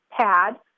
pad